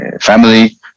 family